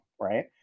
right